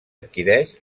adquireix